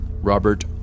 Robert